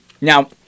Now